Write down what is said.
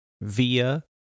via